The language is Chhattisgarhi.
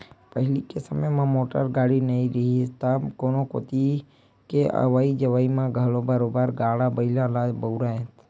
पहिली के समे म मोटर गाड़ी नइ रिहिस तब कोनो कोती के अवई जवई म घलो बरोबर गाड़ा बइला ल बउरय